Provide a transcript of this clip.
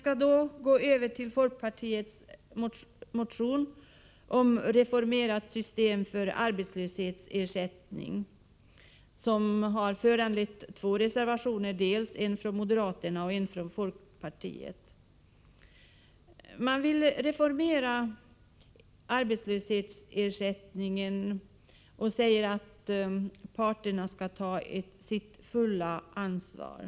Sedan något beträffande folkpartiets motion om ett reformerat system för arbetslöshetsersättningen. Denna motion har i sin tur föranlett två reservationer — en från moderaterna och en från folkpartiet. Man vill alltså reformera systemet för arbetslöshetsersättningen. Man säger att parterna på arbetsmarknaden skall ta sitt fulla ansvar.